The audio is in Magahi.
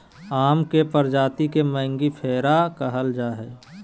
आम के प्रजाति के मेंगीफेरा कहल जाय हइ